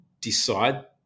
decide